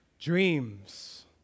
Dreams